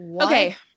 Okay